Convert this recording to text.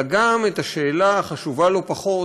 אלא גם את השאלה החשובה לא פחות,